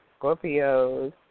Scorpios